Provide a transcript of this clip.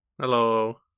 Hello